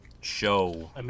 show